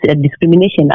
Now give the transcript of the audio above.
discrimination